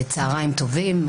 צוהריים טובים.